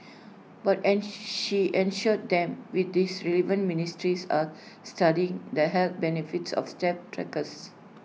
but and she assured them with this relevant ministries are studying the health benefits of step trackers